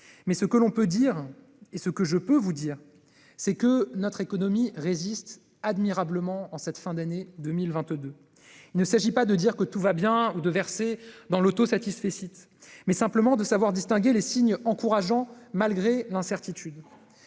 publiques, etc. Mais ce que je peux vous dire, c'est que notre économie résiste admirablement en cette fin d'année 2022. Il ne s'agit pas de dire que tout va bien ou de verser dans l'autosatisfaction, mais simplement de savoir distinguer les signes encourageants malgré l'incertitude.